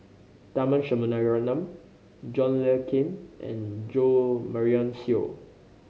Tharman Shanmugaratnam John Le Cain and Jo Marion Seow